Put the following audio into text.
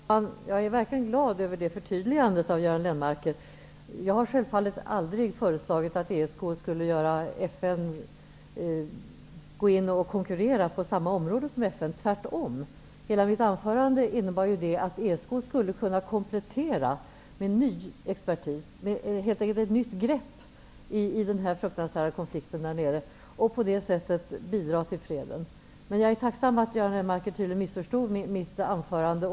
Herr talman! Jag är verkligen glad över Göran Lennmarkers förtydligande. Jag har självfallet aldrig föreslagit att ESK skulle konkurrera på samma område som FN -- tvärtom. Hela mitt anförande innebar ju att ESK skulle kunna komplettera med ny expertis och helt enkelt ta ett nytt grepp i denna fruktansvärda konflikt och på det sättet bidra till freden. Jag är tacksam över att Göran Lennmarker tydligen missförstod mitt anförande.